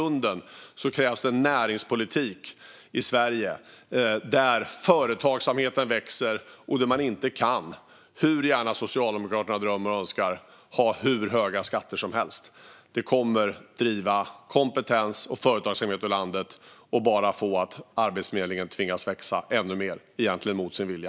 Men i grunden krävs det en näringspolitik i Sverige där företagsamheten växer och där man inte kan - hur mycket Socialdemokraterna än drömmer om och önskar det - ha hur höga skatter som helst. Det kommer att driva kompetens och företagsamhet ur landet och bara leda till att Arbetsförmedlingen tvingas växa ännu mer, egentligen mot sin vilja.